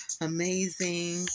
amazing